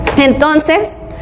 entonces